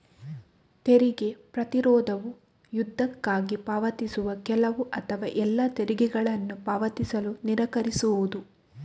ತೆರಿಗೆ ಪ್ರತಿರೋಧವು ಯುದ್ಧಕ್ಕಾಗಿ ಪಾವತಿಸುವ ಕೆಲವು ಅಥವಾ ಎಲ್ಲಾ ತೆರಿಗೆಗಳನ್ನು ಪಾವತಿಸಲು ನಿರಾಕರಿಸುವುದು